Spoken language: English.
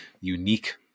unique